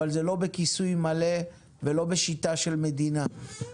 אבל זה לא בכיסוי מלא ולא בשיטה של מדינה.